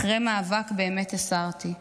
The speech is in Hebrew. אחרי מאבק באמת הסרתי.